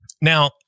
now